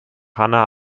hannah